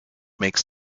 makes